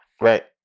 Right